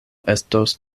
estos